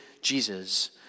Jesus